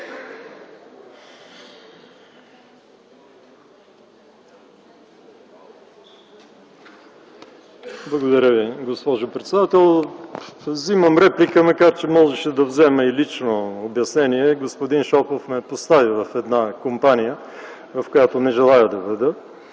Благодаря Ви, госпожо председател. Взимам реплика, макар че можеше да взема и лично обяснение – господин Шопов ме постави в една компания, в която не желая да бъда.